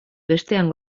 bestean